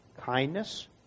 kindness